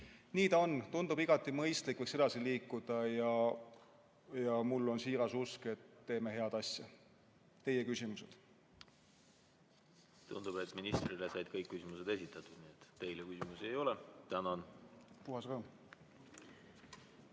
Nii ta on. Tundub igati mõistlik, et võiks edasi liikuda, ja mul on siiras usk, et me teeme head asja. Teie küsimused. Tundub, et ministrile said kõik küsimused esitatud, nii et teile küsimusi ei ole. Tänan! Puhas rõõm.